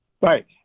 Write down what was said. Right